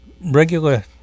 regular